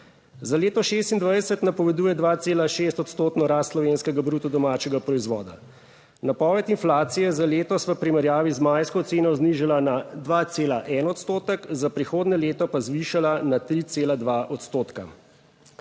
Za leto 2026 napoveduje 2,6 odstotno rast slovenskega bruto domačega proizvoda. Napoved inflacije za letos v primerjavi z majsko ceno znižala na 2,1 odstotek, za prihodnje leto pa zvišala na 3,2 odstotka.